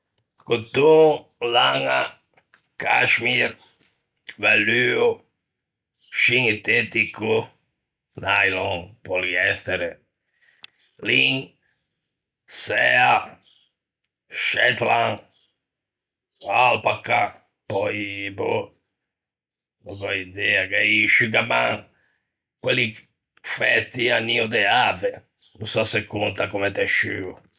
Coton, laña, cachemire, velluo, scintetico, nylon, polyestere, lin, sæa, shetland, alpaca, pöi boh, no gh'ò idea, gh'ea i sciugaman quelli fæti à nio de ave, no sò se conta comme tesciuo...